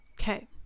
Okay